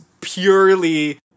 purely